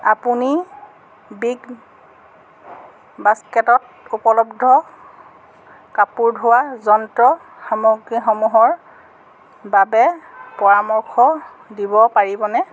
আপুনি বিগবাস্কেটত উপলব্ধ কাপোৰ ধোৱা যন্ত্ৰ সামগ্ৰীসমূহৰ বাবে পৰামৰ্শ দিব পাৰিবনে